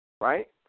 right